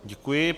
Děkuji.